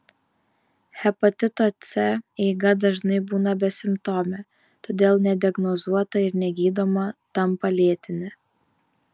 hepatito c eiga dažnai būna besimptomė todėl nediagnozuota ir negydoma tampa lėtine